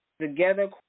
together